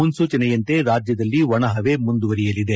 ಮುನ್ನೂಚನೆಯಂತೆ ರಾಜ್ಯದಲ್ಲಿ ಒಣಹವೆ ಮುಂದುವರೆಯಲಿದೆ